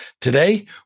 Today